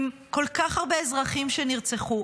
עם כל כך הרבה אזרחים שנרצחו,